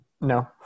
No